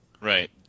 Right